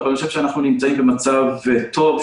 אבל אנחנו נמצאים במצב טוב,